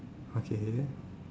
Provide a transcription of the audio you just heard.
okay